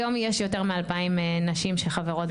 יותר מאלפיים נשים שחברות,